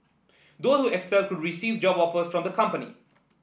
those who excel could receive job offers from the companies